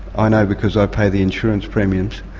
i know because i pay the insurance premiums.